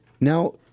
now